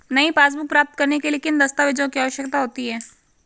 नई पासबुक प्राप्त करने के लिए किन दस्तावेज़ों की आवश्यकता होती है?